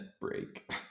break